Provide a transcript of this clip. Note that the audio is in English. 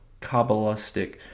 Kabbalistic